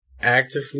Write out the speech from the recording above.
actively